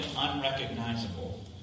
unrecognizable